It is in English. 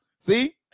See